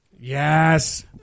Yes